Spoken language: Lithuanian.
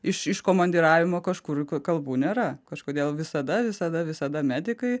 iš iš komandiravimo kažkur kalbų nėra kažkodėl visada visada visada medikai